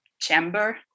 chamber